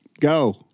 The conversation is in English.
Go